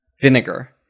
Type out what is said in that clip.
vinegar